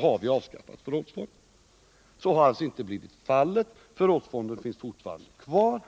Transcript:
har vi avskaffat förrådsfonden! Så har alltså inte blivit fallet, utan förrådsfonden finns fortfarande kvar.